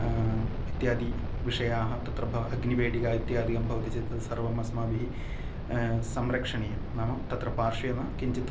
इत्यादि विषयाः तत्र अग्निपेटिका इत्याधिकं भवति चेत् तत् सर्वम् अस्माभिः संरक्षणीयं नाम तत्र पार्श्वे न किञ्चित्